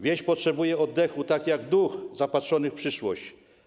Wieś potrzebuje oddechu tak jak duch zapatrzony w przyszłość.